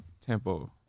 tempo